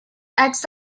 acts